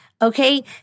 Okay